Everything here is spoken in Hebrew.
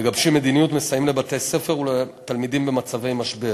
מגבשים מדיניות ומסייעים לבתי-ספר ולתלמידים במצבי משבר.